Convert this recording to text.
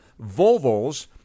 Volvos